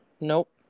Nope